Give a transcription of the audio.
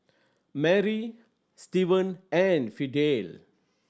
Mary Stevan and Fidel